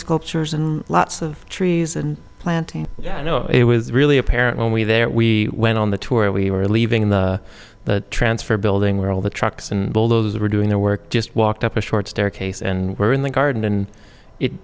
sculptures and lots of trees and plants and you know it was really apparent when we there we went on the tour we were leaving in the transfer building where all the trucks and bulldozers were doing their work just walked up a short staircase and were in the garden and it